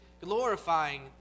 glorifying